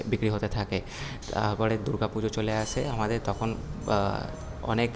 বিক্রি হতে থাকে তারপরে দুর্গা পুজো চলে আসে আমাদের তখন অনেক